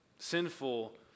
Sinful